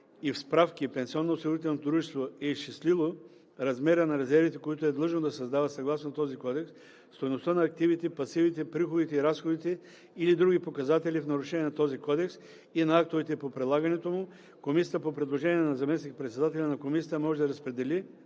и в справки пенсионноосигурителното дружество е изчислило размера на резервите, които е длъжно да създава съгласно този кодекс, стойността на активите, пасивите, приходите и разходите или други показатели в нарушение на този кодекс и на актовете по прилагането му, комисията по предложение на заместник-председателя на комисията може да разпореди